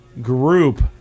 group